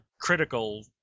critical